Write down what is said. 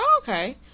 Okay